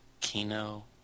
Kino